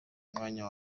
umwana